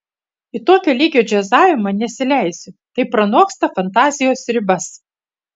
į tokio lygio džiazavimą nesileisiu tai pranoksta fantazijos ribas